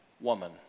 woman